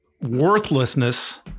worthlessness